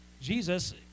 Jesus